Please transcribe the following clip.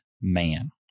man